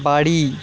বাড়ি